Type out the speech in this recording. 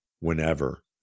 whenever